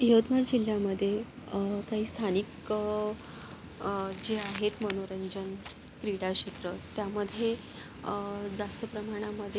यवतमाळ जिल्ह्यामध्ये काही स्थानिक जे आहेत मनोरंजन क्रीडा क्षेत्र त्यामध्ये जास्त प्रमाणामध्ये